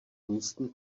místní